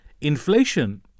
Inflation